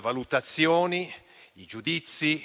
valutazioni e i giudizi,